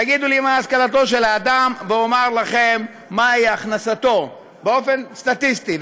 תגידו לי מה השכלתו של האדם ואומר לכם מה היא הכנסתו באופן סטטיסטי.